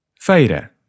Feira